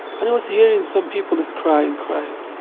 and i was hearing some people was crying, crying.